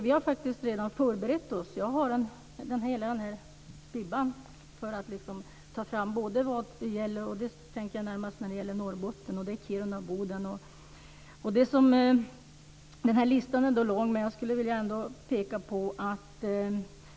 Vi har faktiskt redan förberett oss och gjort en lång lista på förslag.